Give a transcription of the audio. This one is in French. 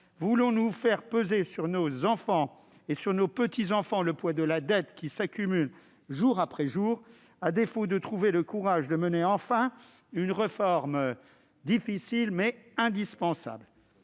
voulons-nous faire peser sur nos enfants et nos petits-enfants le poids de la dette qui s'accumule jour après jour, à défaut de trouver le courage de mener enfin une réforme difficile, mais indispensable ?